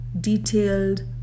detailed